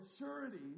maturity